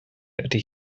ydy